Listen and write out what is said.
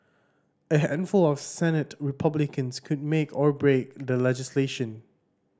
a handful of Senate Republicans could make or break the legislation